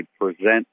present